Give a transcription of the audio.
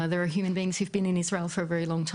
ישנם אנשים שנמצאים בישראל כבר זמן ארוך מאוד,